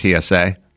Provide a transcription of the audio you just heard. TSA